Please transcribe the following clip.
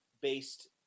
based